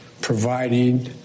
providing